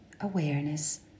awareness